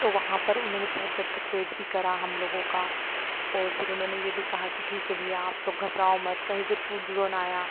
तो वहाँ पर उन्होंने बहुत देर तक वेट भी करा हम लोगों का और फिर उन्होंने ये भी कहा कि ठीक है भइया आप लोग घबराओ मत कहीं फिर फ़ूड ज़ोन आया